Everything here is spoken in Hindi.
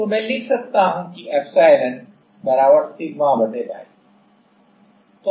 तो मैं लिख सकता हूं कि एप्सिलॉन सिग्माy